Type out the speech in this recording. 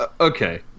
okay